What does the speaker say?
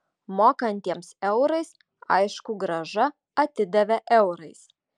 mokantiems eurais aišku grąžą atidavė eurais